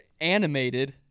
animated